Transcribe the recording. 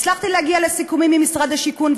הצלחתי להגיע לסיכומים עם משרד הבינוי והשיכון,